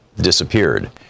disappeared